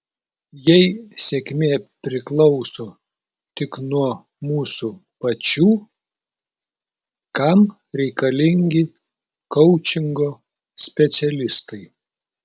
jei sėkmė priklauso tik nuo mūsų pačių kam reikalingi koučingo specialistai